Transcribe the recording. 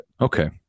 Okay